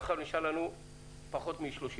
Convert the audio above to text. מאחר שנשאר לנו פחות מ-30 דקות,